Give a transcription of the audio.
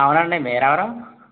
అవునండి మీరెవరు